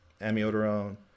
amiodarone